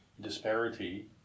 disparity